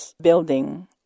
building